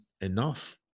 enough